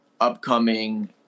upcoming